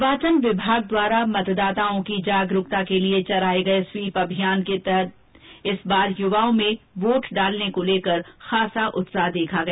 निर्वाचन विभाग द्वारा मतदाताओं की जागरूकता के लिए चलाये गये स्वीप अभियान के चलते इस बार युवाओं में वोट डालने को लेकर खासा उत्साह देखा गया